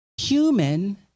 human